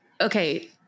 okay